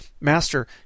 Master